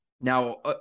Now